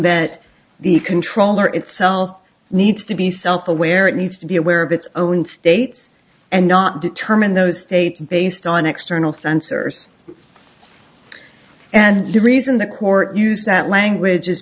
that the controller itself needs to be self aware it needs to be aware of its own states and not determine those states based on external sensors and the reason the court used that language is